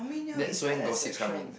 that's when gossips come in